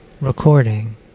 recording